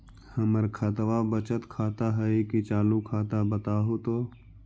हमर खतबा बचत खाता हइ कि चालु खाता, बताहु तो?